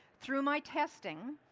through my testing